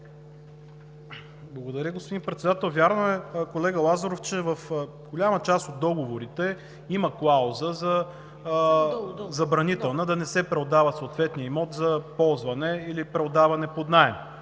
Благодаря, госпожо Председател. Вярно е, колега Лазаров, че в голяма част от договорите има забранителна клауза да не се преотдава съответният имот за ползване или преотдване под наем,